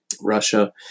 Russia